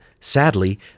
sadly